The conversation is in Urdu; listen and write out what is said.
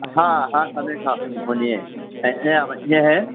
ہاں ہاں حمید صاحب جی بولیے کیسے ہیں آپ اچھے ہیں